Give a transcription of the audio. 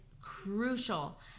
crucial